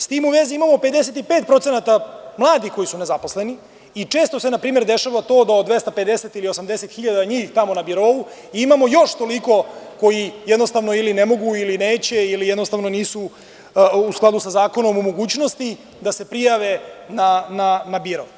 S tim u vezi, imamo 55% mladih koji su nezaposleni i često se npr. dešava to da od 250 ili 80 hiljada njih tamo na birou, imamo još toliko koji jednostavno ili ne mogu ili neće ili jednostavno nisu u skladu sa zakonom u mogućnosti da se prijave na biro.